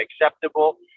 acceptable